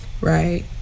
Right